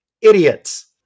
idiots